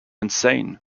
insane